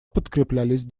подкреплялись